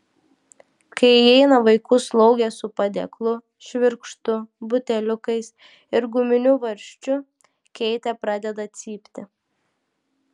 kai įeina vaikų slaugė su padėklu švirkštu buteliukais ir guminiu varžčiu keitė pradeda cypti